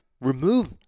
remove